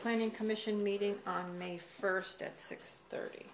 planning commission meeting on may first at six thirty